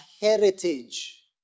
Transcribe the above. heritage